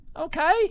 Okay